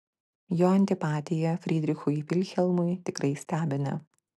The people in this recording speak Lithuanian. jo antipatija frydrichui vilhelmui tikrai stebina